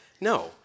No